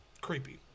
creepy